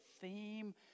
theme